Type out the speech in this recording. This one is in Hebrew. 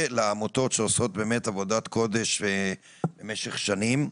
ולעמותות שעשות באמת עבודת קודש במשך שנים.